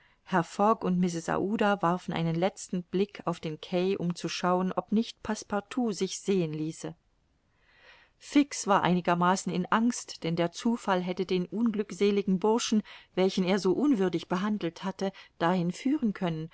und mrs aouda warfen einen letzten blick auf den quai um zu schauen ob nicht passepartout sich sehen ließe fix war einigermaßen in angst denn der zufall hätte den unglückseligen burschen welchen er so unwürdig behandelt hatte dahin führen können